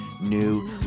new